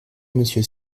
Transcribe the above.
monsieur